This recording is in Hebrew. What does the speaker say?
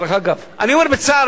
אני אומר בצער,